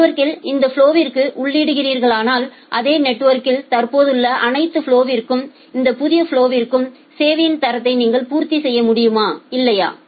நெட்வொர்கில் இந்த ப்லொவிற்கு உள்ளிடுகிறீர்களானால் அதே நெட்வொர்க்கில் தற்போதுள்ள அனைத்து ப்லொவிற்கும் இந்த புதிய ப்லொவிற்கும் சேவையின் தரத்தை நீங்கள் பூர்த்தி செய்ய முடியுமா இல்லையா